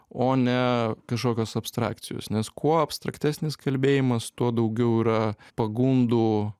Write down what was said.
o ne kažkokios abstrakcijos nes kuo abstraktesnis kalbėjimas tuo daugiau yra pagundų